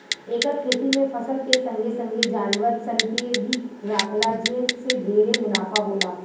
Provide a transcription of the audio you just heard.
एकर खेती में फसल के संगे संगे जानवर सन के भी राखला जे से ढेरे मुनाफा होला